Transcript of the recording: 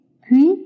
puis